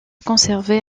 conservé